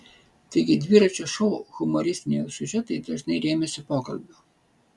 taigi dviračio šou humoristiniai siužetai dažnai rėmėsi pokalbiu